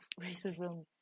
racism